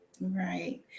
Right